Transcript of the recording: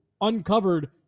uncovered